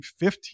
2015